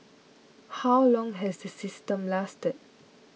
how long has the system lasted